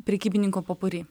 prekybininko popuri